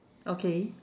okay